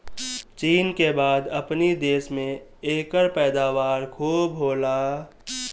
चीन के बाद अपनी देश में एकर पैदावार खूब होला